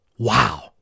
Wow